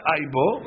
Aibo